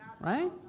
Right